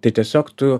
tai tiesiog tu